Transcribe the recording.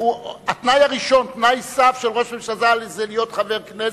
תנאי סף ראש לראש ממשלה זה להיות חבר כנסת.